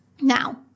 Now